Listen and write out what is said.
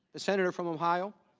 the senator from ohio.